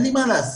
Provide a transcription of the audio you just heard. אין לי מה להסתיר,